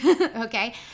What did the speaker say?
okay